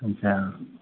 कनिटा आउ ने